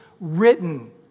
written